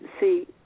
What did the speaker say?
see